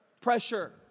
pressure